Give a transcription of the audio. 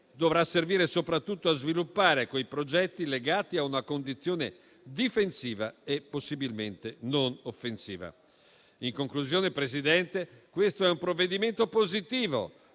dovrà servire soprattutto a sviluppare quei progetti legati a una condizione difensiva e possibilmente non offensiva. In conclusione, signora Presidente, il provvedimento in